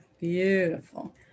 beautiful